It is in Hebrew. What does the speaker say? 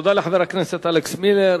תודה לחבר הכנסת אלכס מילר.